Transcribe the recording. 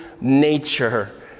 nature